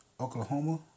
Oklahoma